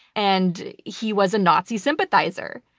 and he was a nazi sympathizer.